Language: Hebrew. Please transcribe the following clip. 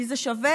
כי זה שווה,